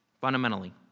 fundamentally